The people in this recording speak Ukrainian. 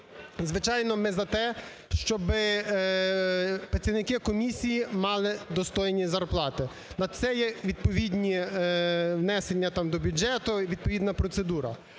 Звичайно, ми за те, щоб працівники комісії мали достойні зарплати, на це є відповідні внесення там до бюджету, відповідна процедура.